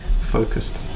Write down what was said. focused